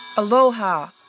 Aloha